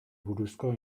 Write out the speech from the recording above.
buruzko